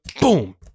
boom